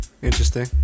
Interesting